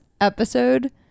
episode